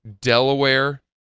Delaware